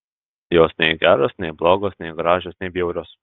jos nei geros nei blogos nei gražios nei bjaurios